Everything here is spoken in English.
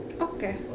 Okay